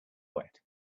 wet